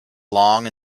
long